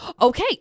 okay